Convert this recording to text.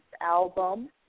album